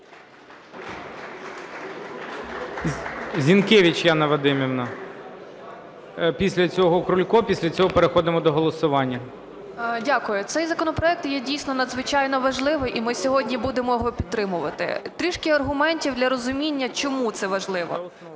Зінкевич Яна Вадимівна. Після цього Крулько. Після цього переходимо до голосування. 11:56:03 ЗІНКЕВИЧ Я.В. Дякую. Цей законопроект є дійсно надзвичайно важливий. І ми сьогодні будемо його підтримувати. Трішки аргументів для розуміння чому це важливо.